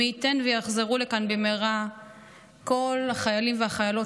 מי ייתן ויחזרו לכאן במהרה כל החיילים והחיילות